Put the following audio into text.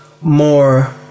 more